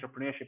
entrepreneurship